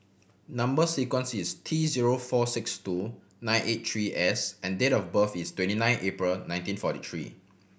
number sequence is T zero four six two nine eight three S and date of birth is twenty nine April nineteen forty three